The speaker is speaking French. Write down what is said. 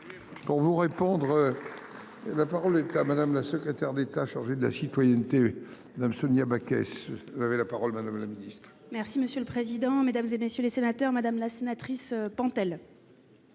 Pour vous répondre. La parole est à madame la secrétaire d'État chargée de la citoyenneté. Madame, Sonia Backès ce vous avez la parole madame la Ministre. Merci monsieur le président, Mesdames, et messieurs les sénateurs, madame la sénatrice Pentel.